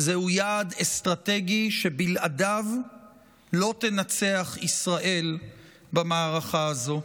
זהו יעד אסטרטגי שבלעדיו לא תנצח ישראל במערכה הזו.